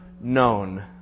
known